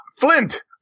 Flint